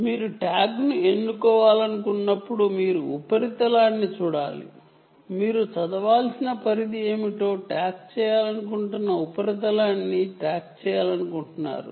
కాబట్టి ట్యాగ్ను ఎన్నుకోవాలనుకున్నప్పుడు మీరు ట్యాగ్ చేయాలనుకుంటున్న ఉపరితలాన్ని చదవవలసిన రేంజ్ ఏమిటో చూడాలి